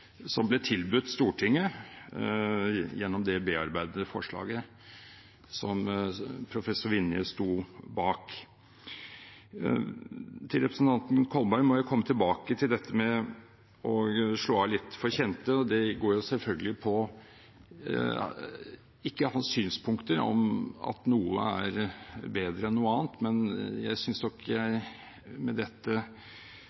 ble tilbudt Stortinget gjennom det bearbeidede forslaget som professor Vinje sto bak. Til representanten Kolberg: Jeg må komme tilbake til dette med å slå av litt for kjente. Det går selvfølgelig ikke på hans synspunkter om at noe er bedre enn noe annet, men jeg synes nok jeg